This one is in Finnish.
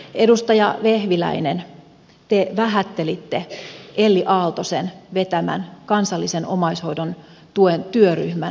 edustaja vehviläinen te vähättelitte elli aaltosen vetämän kansallisen omaishoidon tuen työryhmän työtä